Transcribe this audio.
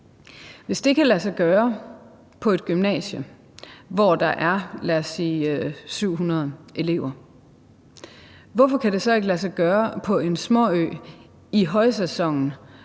Hvis det kan lade sig gøre på et gymnasium, hvor der er, lad os sige 700 elever, hvorfor kan det så ikke lade sig gøre på en småø i højsæsonen,